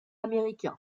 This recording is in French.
américain